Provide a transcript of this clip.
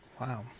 Wow